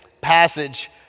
passage